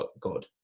God